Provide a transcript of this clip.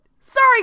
Sorry